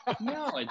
No